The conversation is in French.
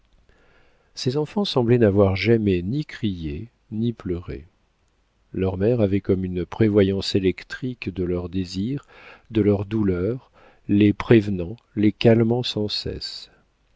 ces enfants semblaient n'avoir jamais ni crié ni pleuré leur mère avait comme une prévoyance électrique de leurs désirs de leurs douleurs les prévenant les calmant sans cesse